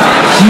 1701,